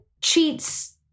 cheats